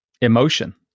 emotion